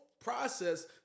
process